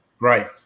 Right